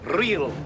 real